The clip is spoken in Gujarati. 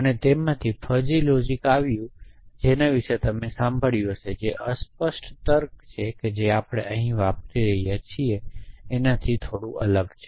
અને તેમાથી ફ્જી લોજિક આવ્યું તે વિશે તમે સાંભળ્યું જ હશે જે અસ્પષ્ટ તર્ક જે આપણે અહીં વાપરી રહ્યા છીએ તેનાથી અલગ છે